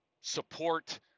support